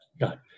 God